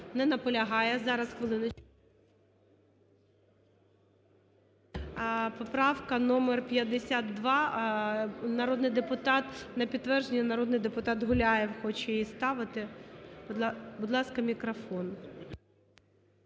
Поправка номер 52. Народний депутат…